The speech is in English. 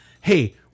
hey